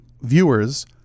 viewers